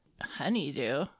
Honeydew